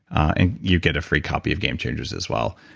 and you get a free copy of game changers as well.